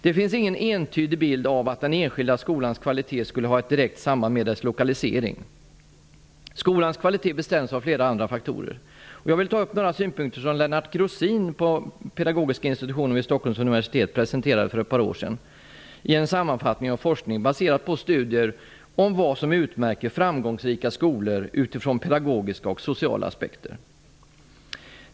Det finns ingen entydig bild av att den enskilda skolans kvalitet skulle ha ett direkt samband med dess lokalisering. Skolans kvalitet bestäms av flera andra faktorer. Jag vill ta upp några synpunkter som Lennart Grossin på pedagogiska institutionen vid Stockholms universitet presenterade för ett par år sedan i en sammanfattning av forskning baserad på studier av vad som utmärker framgångsrika skolor utifrån pedagogiska och sociala aspekter.